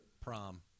Prom